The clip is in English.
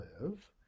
live